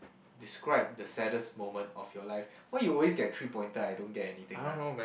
describe the saddest moment of your life why you always get three pointer I don't get anything ah